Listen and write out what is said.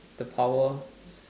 the power